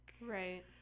Right